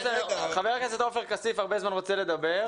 חבר הכנסת עופר כסיף כבר הרבה זמן רוצה לדבר.